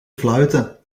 fluiten